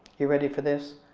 you ready for this?